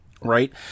right